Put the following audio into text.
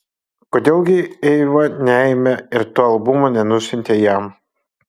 kodėl gi eiva neėmė ir to albumo nenusiuntė jam